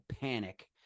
panic